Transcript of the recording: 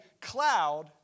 cloud